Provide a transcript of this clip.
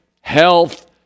health